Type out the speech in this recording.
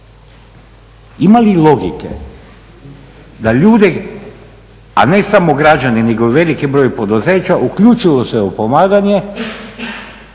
Ima li logike da ljude, a ne samo građane nego i veliki broj poduzeća uključilo se u pomaganje,